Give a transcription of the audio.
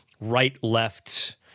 right-left